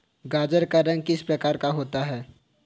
गाजर का रंग किस प्रकार का होता है?